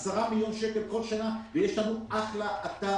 10 מיליון שקלים כל שנה ויש לנו אחלה אתר